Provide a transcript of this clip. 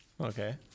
Okay